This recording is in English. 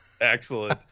Excellent